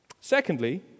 Secondly